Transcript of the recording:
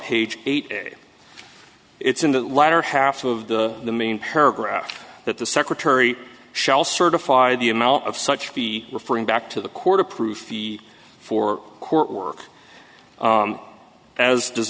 page eight it's in the latter half of the main paragraph that the secretary shall certify the amount of such be referring back to the court approved the four court work as does